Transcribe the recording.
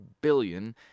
billion